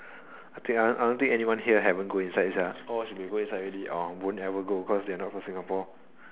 I think I I don't think anyone here haven't go inside sia all should be go inside already or won't never go because they are not from Singapore